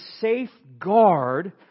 safeguard